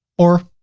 or